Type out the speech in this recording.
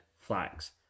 flags